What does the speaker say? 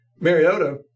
Mariota